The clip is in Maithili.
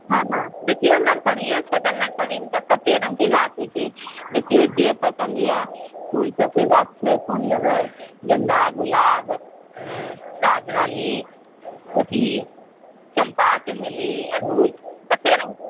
हँ देखिऔ नहि तऽ नरसरिए छै तऽ नर्सरी कते रङ्गके गाछ होइत छै देखिऔ जे पसन्द यऽ फूल सबकेँ गाछ छै कोन लेबए गेन्दा गुलाब राजरानी ओथि चम्पा चमेली अड़हुल कते रङ्गके